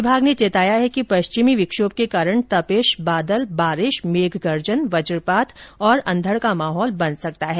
विभाग ने चेताया है कि पश्चिमी विक्षोभ के कारण तपिश बादल बारिश मेघ गर्जन वजपात अंधड़ का माहौल बन सकता है